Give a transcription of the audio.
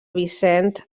vicent